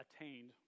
attained